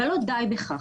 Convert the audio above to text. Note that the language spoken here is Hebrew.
אבל לא די בכך.